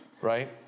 right